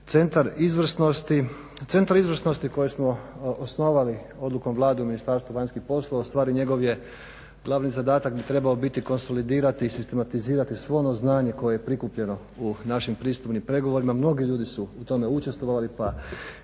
Centar izvrsnosti koji smo osnovali odlukom Vlade u Ministarstvu vanjskih poslova ustvari njegov glavni zadatak bi trebao biti konsolidirati i sistematizirati svo ono znanje koje je prikupljeno u našim pristupnim pregovorima. Mnogi ljudi su u tome učestvovali pa